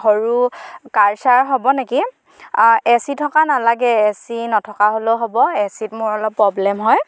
সৰু car sir হ'ব নেকি এ চি থকা নালাগে এ চি নথকা হ'লেও হ'ব এ চিত মোৰ অলপ প্ৰ'ব্লেম হয়